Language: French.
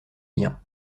liens